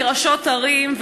כראשות ערים,